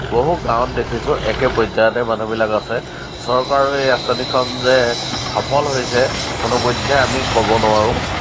বহু গাঁৱত দেখিছোঁ একে পৰ্যায়তে মানুহবিলাক আছে চৰকাৰেও এই আচঁনিখন যে সফল হৈছে কোনোপধ্যে আমি ক'ব নোৱাৰোঁ